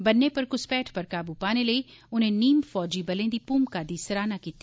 बन्ने पर घुसपैठ पर काबू पाने लेई उनें नीम फौजी बलें दी भूमिका दी सराहना कीती